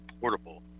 portable